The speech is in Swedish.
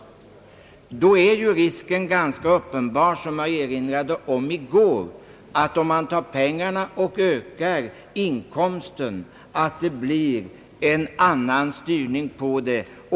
Som jag erinrade om i går är ju risken ganska uppenbar att det blir en annan styrning om hyresgästen tar pengarna och ökar inkomsten.